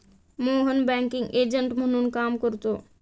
Mohan banking agent म्हणून काम करतो